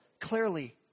clearly